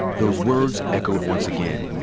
those words echoed once again.